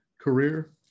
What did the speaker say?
career